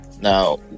now